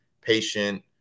patient